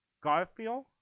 Garfield